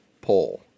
pull